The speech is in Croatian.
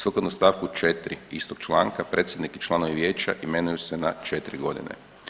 Sukladno stavku 4. istog članka predsjednik i članovi vijeća imenuju se na četiri godine.